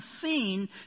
seen